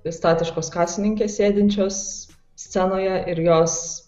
statiškos kasininkės sėdinčios scenoje ir jos